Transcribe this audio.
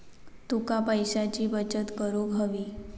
तुका पैशाची बचत करूक हवी